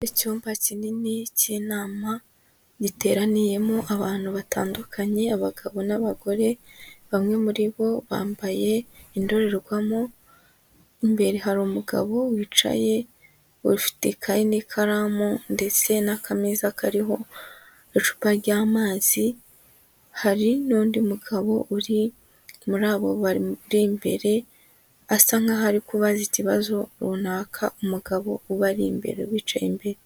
Icyumba kinini k'inama, giteraniyemo abantu batandukanye, abagabo n'abagore, bamwe muri bo bambaye indorerwamo, imbere hari umugabo wicaye ufite ikaye n'ikaramu ndetse n'akameza kariho icupa ry'amazi, hari n'undi mugabo uri muri abo bari imbere asa nkaho ari kubaza ikibazo runaka, umugabo ubari imbere wicaye imbere.